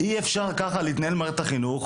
אי-אפשר להתנהל ככה במערכת החינוך,